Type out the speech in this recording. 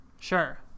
Sure